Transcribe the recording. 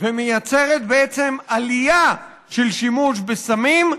ומייצרת עלייה בשימוש בסמים,